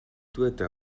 dyweda